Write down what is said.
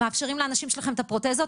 מאפשרים לאנשים שלכם את הפרוטזות,